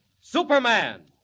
Superman